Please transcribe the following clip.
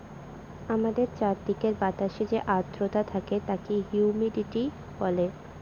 আমাদের চারিদিকের বাতাসে যে আদ্রতা থাকে তাকে হিউমিডিটি বলে